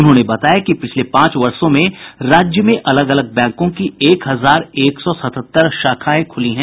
उन्होंने बताया कि पिछले पांच वर्षों में राज्य में अलग अलग बैंकों की एक हजार एक सौ सतहत्तर शाखाएं खुली हैं